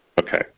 Okay